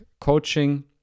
coaching